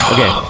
Okay